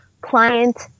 client